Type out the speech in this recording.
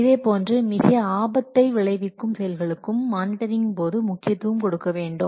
இதேபோன்று மிக ஆபத்தை விளைவிக்கும் செயல்களுக்கும் மானிட்டரிங் போது முக்கியத்துவம் கொடுக்க வேண்டும்